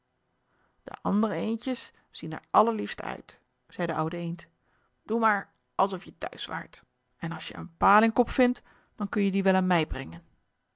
de andere eendjes zien er allerliefst uit zei de oude eend doe maar alsof je thuis waart en als je een palingkop vindt dan kun je dien wel aan mij brengen